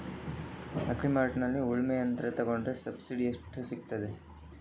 Agri ಮಾರ್ಟ್ನಲ್ಲಿ ಉಳ್ಮೆ ಯಂತ್ರ ತೆಕೊಂಡ್ರೆ ಸಬ್ಸಿಡಿ ಎಷ್ಟು ಸಿಕ್ತಾದೆ?